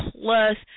plus